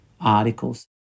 articles